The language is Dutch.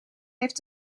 heeft